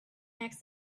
asked